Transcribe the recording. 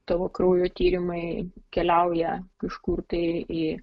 tavo kraujo tyrimai keliauja kažkur tai į